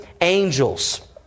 angels